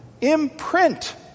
imprint